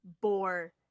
bore